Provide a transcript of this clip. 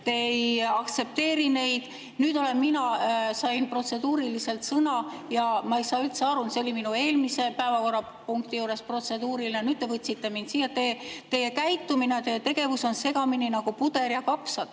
te ei aktsepteeri neid. Nüüd sain mina protseduuriliselt sõna, ja ma ei saa üldse aru, see oli eelmise päevakorrapunkti juures minu protseduuriline küsimus, aga nüüd te tõstsite mind siia. Teie käitumine, teie tegevus on segamini nagu puder ja kapsad.